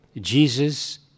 Jesus